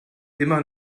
immer